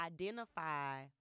identify